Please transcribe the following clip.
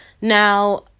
Now